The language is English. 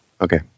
Okay